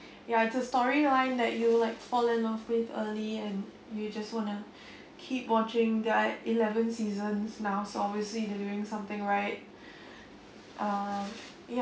ya it's the storyline that you like fall in love with early and you just want to keep watching there are eleven seasons now so obviously they doing something right uh ya